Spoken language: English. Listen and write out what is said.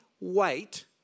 weight